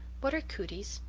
what are cooties?